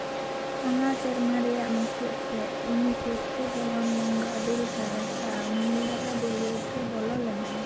ᱚᱱᱟ ᱥᱮᱨᱢᱟ ᱨᱮᱭᱟᱜ ᱢᱩᱪᱟᱹᱫ ᱥᱮᱫ ᱩᱱᱤ ᱥᱚᱥᱛᱤ ᱫᱚᱞᱦᱚᱱ ᱢᱩᱝᱜᱟ ᱫᱩᱞᱦᱟᱨᱟ ᱥᱟᱶ ᱢᱩᱞᱫᱷᱟᱨᱟ ᱵᱚᱞᱤᱣᱩᱰ ᱨᱮ ᱵᱚᱞᱚ ᱞᱮᱱᱟᱭ